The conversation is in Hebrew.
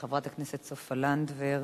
חברת הכנסת סופה לנדבר.